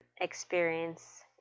experience